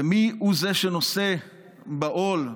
ומיהו זה שנושא בעול,